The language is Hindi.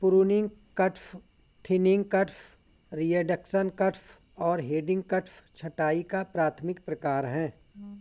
pruning cuts, thinning cuts, reduction cuts और हेडिंग कट्स छंटाई का प्राथमिक प्रकार हैं